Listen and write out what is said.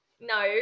no